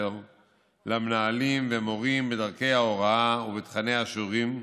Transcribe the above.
למנהלים ולמורים בדרכי ההוראה ובתכניה השונים,